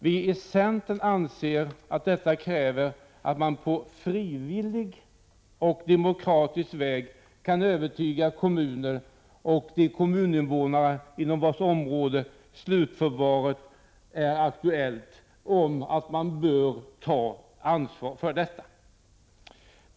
Vi i centern anser att detta kräver att man på frivillig och demokratisk väg kan övertyga kommuner och de kommuninvånare inom vilkas områden ett slutförvar är aktuellt om att de bör ta ansvar för detta.